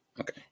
Okay